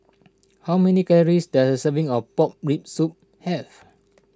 how many calories does a serving of Pork Rib Soup have